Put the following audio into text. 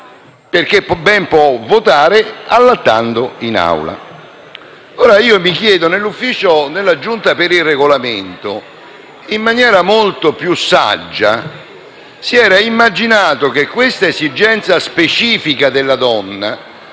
perché ben può votare allattando in Aula. Nella Giunta per il Regolamento, in maniera molto più saggia, si era immaginato che questa esigenza specifica della donna